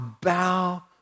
bow